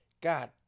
God